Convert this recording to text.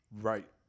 right